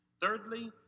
Thirdly